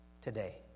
today